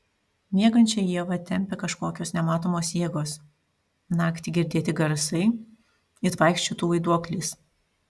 miegančią ievą tempia kažkokios nematomos jėgos naktį girdėti garsai it vaikščiotų vaiduoklis